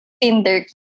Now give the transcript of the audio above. Tinder